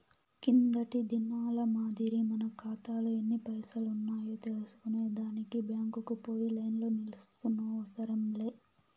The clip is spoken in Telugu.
కిందటి దినాల మాదిరి మన కాతాలో ఎన్ని పైసలున్నాయో తెల్సుకునే దానికి బ్యాంకుకు పోయి లైన్లో నిల్సోనవసరం లే